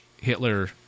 Hitler